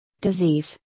disease